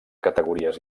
categories